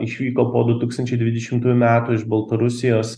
išvyko po du tūkstančiai dvidešimtųjų metų iš baltarusijos